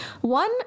One